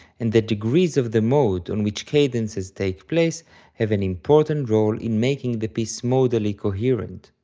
and the degrees of the mode on which cadences take place have an important role in making the piece modally coherent.